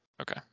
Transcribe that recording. Okay